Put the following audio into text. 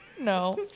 No